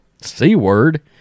C-word